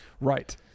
Right